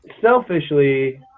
Selfishly